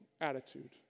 attitude